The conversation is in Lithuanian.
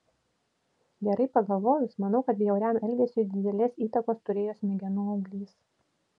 gerai pagalvojus manau kad bjauriam elgesiui didelės įtakos turėjo smegenų auglys